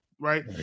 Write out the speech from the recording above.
Right